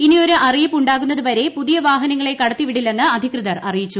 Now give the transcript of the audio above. ഇനിയൊരു അറിയിപ്പ് ഉണ്ടാകുന്നത് വരെ പുതിയ വാഹനങ്ങളെ കടത്തിവിടില്ലെന്ന് അധികൃതർ അറിയിച്ചു